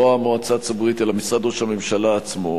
לא המועצה הציבורית אלא משרד ראש הממשלה עצמו,